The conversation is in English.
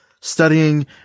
studying